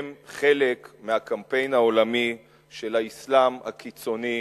הם חלק מהקמפיין העולמי של האסלאם הקיצוני,